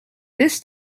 this